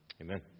Amen